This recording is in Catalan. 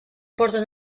porten